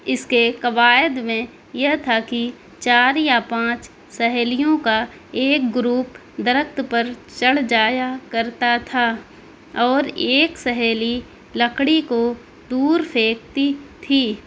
اس کے قواعد میں یہ تھا کہ چار یا پانچ سہیلیوں کا ایک گروپ درخت پر چڑھ جایا کرتا تھا اور ایک سہیلی لکڑی کو دور پھینکتی تھی